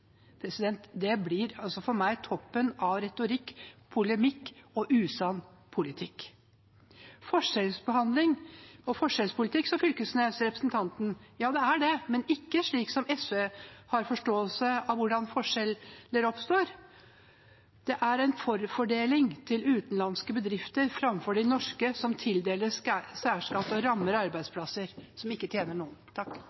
Det blir altså for meg toppen av retorikk, polemikk og usann politikk. Forskjellsbehandling og forskjellspolitikk, sa representanten Knag Fylkesnes. Ja, det er det, men ikke slik som SV har forståelse av hvordan forskjeller oppstår. Det er en forfordeling til utenlandske bedrifter framfor de norske, som tildeles særskatt. Det rammer